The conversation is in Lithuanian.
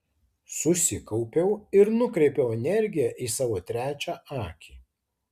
susikaupiau ir nukreipiau energiją į savo trečią akį